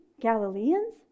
Galileans